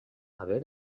haver